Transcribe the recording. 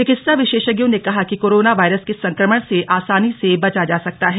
चिकित्सा विशेषज्ञों ने कहा कि कोरोना वायरस के संक्रमण से आसानी से बचा जा सकता है